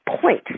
point